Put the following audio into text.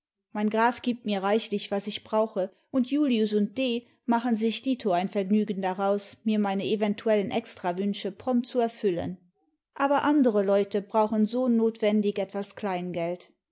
mein graf gibt mir reichlich was ich brauche und julius imd d machen sich dito ein vergnügen daraus mir meine eventuellen extrawünsche prompt zu erfüllen aber andere leute brauchen so notwendig etwas